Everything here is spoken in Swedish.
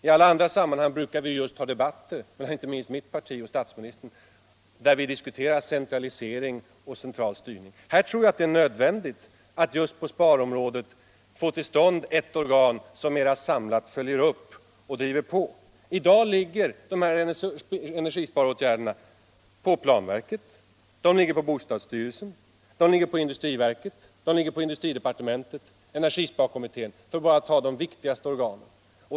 I alla andra sammanhang brukar vi just ha debatter, inte minst mitt parti och statsministerns, där vi diskuterar centralisering och centralstyrning. Jag tror att det är nödvändigt att just på sparområdet få till stånd ett organ som mera samlat följer upp och driver på. I dag ligger energisparåtgärderna på planverket, bostadsstyrelsen, industriverket, industridepartementet, energisparkommittén, för att bara ta de viktigaste organen.